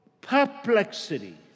perplexity